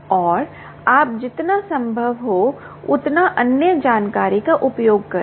और आप जितना संभव हो उतना अन्य जानकारी का उपयोग करें